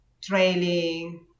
Trailing